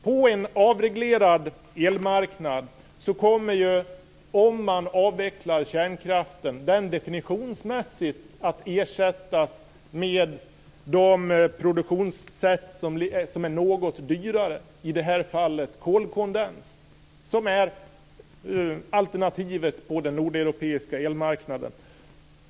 På en avreglerad elmarknad kommer en avvecklad kärnkraft att definitionsmässigt att ersättas med de produktionssätt som är något dyrare, i det här fallet kolkondens - alternativet på den nordeuropeiska elmarknaden.